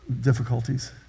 difficulties